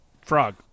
frog